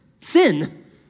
sin